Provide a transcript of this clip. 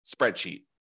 spreadsheet